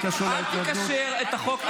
אל תקשר את החוק --- וזה קשור להתנגדות?